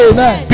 Amen